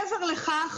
מעבר לכך,